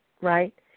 right